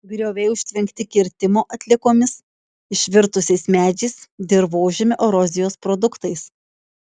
grioviai užtvenkti kirtimo atliekomis išvirtusiais medžiais dirvožemio erozijos produktais